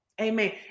Amen